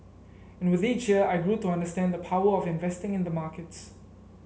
and with each year I grew to understand the power of investing in the markets